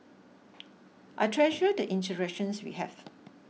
I treasure the interactions we have